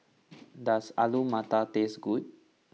does Alu Matar taste good